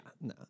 no